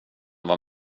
vara